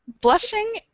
blushing